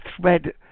thread